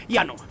Yano